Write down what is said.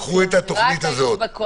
-- קחו את התוכנית הזאת.